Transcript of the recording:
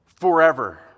forever